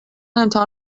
امتحان